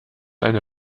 eine